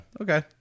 okay